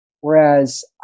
Whereas